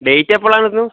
date എപ്പോളായിരുന്നു